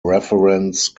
reference